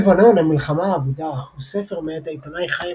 לבנון המלחמה האבודה הוא ספר מאת העיתונאי חיים